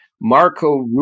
Marco